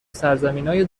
سرزمینای